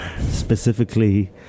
specifically